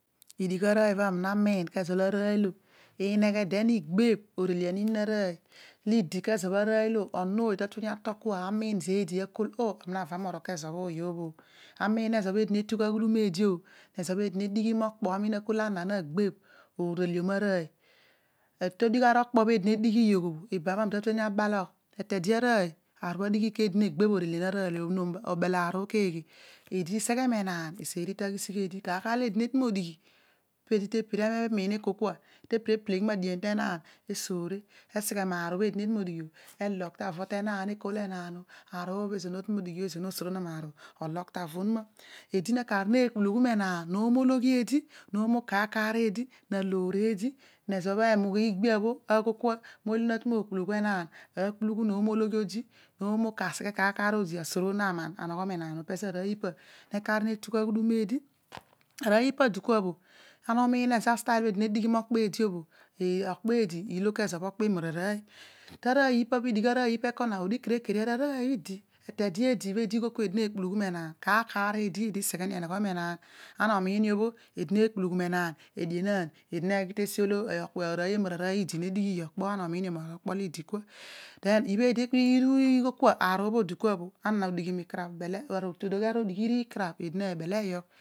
Edigh arooy olo ami na naniin. Olo ineghen den kedio iru igbeebh no relian inon arooy olo idi kua kezo arooy olo onon ooy ta tueni atal kua amiin odi akol ani neva morol kezo bho ooy bho amiin ezo bho aedi na tugh aghumdum eedi bho needighi mo kpo neniin ekii ana na gbeebin oreliom arooy. to digh okpo bho eedi nedigh eedi negbebh, akr bho adigh ezo keghe eedi seghe meenaan etuani ta aloor eedi, karolo eedi ne tu modigh eedi ta epir eki taghisigh te enaan. emiin ekol kua eedi te pir epeleghi ma adian te enaan esoore eseghe imaar obho eedi ne tumodighi obhho enogho meenaan, ologh to avo te enaan. Eko enaan aar ebho bho ezoor mod:ghi obho, ezoor ne sorona ologh tavo bho to onuma eedi nekar neekpuiugh! Meenaaa noomo ologhi eedi eteou bho. Ibho, eedi neekpulugho meenaan ediu eedi neghe te esio bho arooy emararaowy bho i eli bho idi nedighi okpo amiin idi nedighi okpo amiin io mar oko odi mezo loho ito digh aro odigh ukuarabh eedi nebe lee utogh